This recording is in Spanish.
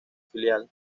filial